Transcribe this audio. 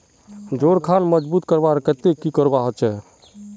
जोड़ खान मजबूत करवार केते की करवा होचए?